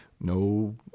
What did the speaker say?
No